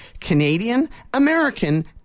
Canadian-American